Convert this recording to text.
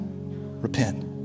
Repent